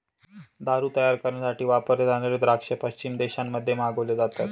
दारू तयार करण्यासाठी वापरले जाणारे द्राक्ष पश्चिमी देशांमध्ये मागवले जातात